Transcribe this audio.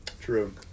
True